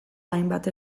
hainbat